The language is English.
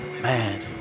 Man